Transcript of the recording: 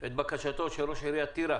את בקשתו של ראש עיריית טירה